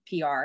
PR